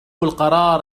القرار